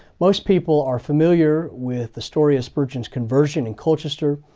most people are familiar with the story of spurgeon's conversion in colchester.